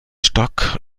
stock